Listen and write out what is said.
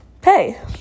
pay